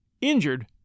injured